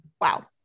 Wow